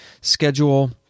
Schedule